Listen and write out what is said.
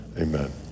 Amen